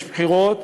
יש בחירות,